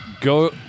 Go